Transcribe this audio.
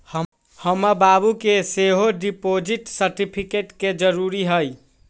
हमर बाबू के सेहो डिपॉजिट सर्टिफिकेट के जरूरी हइ